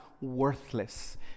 worthless